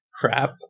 crap